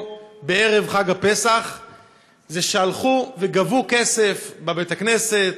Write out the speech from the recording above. בערב חג הפסח זה שהלכו וגבו כסף בבית-הכנסת,